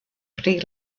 pri